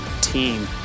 team